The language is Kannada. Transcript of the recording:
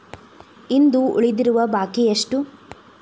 ಇಂದು ಉಳಿದಿರುವ ಬಾಕಿ ಎಷ್ಟು?